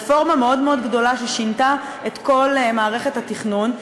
רפורמה מאוד מאוד גדולה ששינתה את כל מערכת התכנון.